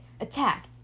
attack